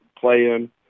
play-in